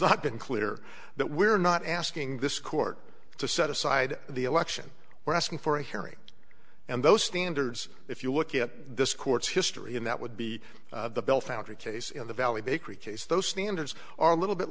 not been clear that we're not asking this court to set aside the election we're asking for a hearing and those standards if you look at this court's history and that would be the bill foundry case in the valley bakery case those standards are a little bit